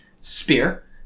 spear